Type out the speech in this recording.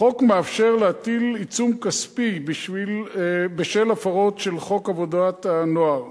החוק מאפשר להטיל עיצום כספי בשל הפרות של חוק עבודת הנוער.